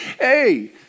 hey